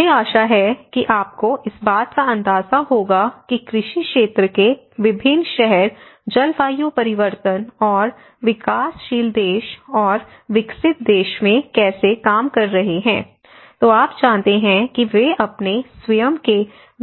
मुझे आशा है कि आपको इस बात का अंदाजा होगा कि कृषि क्षेत्र के विभिन्न शहर जलवायु परिवर्तन और विकासशील देश और विकसित देश में कैसे काम कर रहे हैं तो आप जानते हैं कि वे अपने स्वयं के